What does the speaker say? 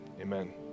amen